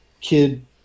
kid